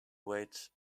wait